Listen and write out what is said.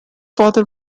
father